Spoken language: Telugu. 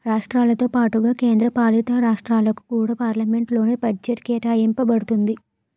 రాష్ట్రాలతో పాటుగా కేంద్ర పాలితరాష్ట్రాలకు కూడా పార్లమెంట్ లోనే బడ్జెట్ కేటాయింప బడుతుంది